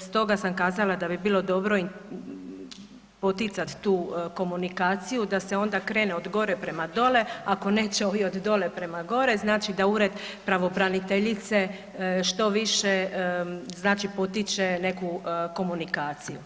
stoga sam kazala da bi bilo dobro poticati tu komunikaciju da se onda krene od gore prema dole, ako neće ovi od dole prema gore, znači da ured pravobraniteljice što više znači potiče neku komunikaciju.